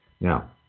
Now